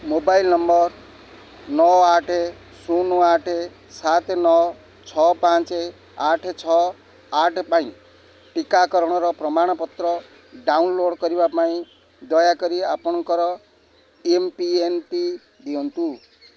mobile number ନଅ ଆଠ ଶୂନ ଆଠ ସାତ ନଅ ଛଅ ପାଞ୍ଚ ଆଠ ଛଅ ଆଠ ପାଇଁ ଟିକାକରଣର ପ୍ରମାଣପତ୍ର ଡାଉନଲୋଡ଼୍ କରିବା ପାଇଁ ଦୟାକରି ଆପଣଙ୍କର ଏମ୍ପିନ୍ଟି ଦିଅନ୍ତୁ